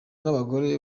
n’abagore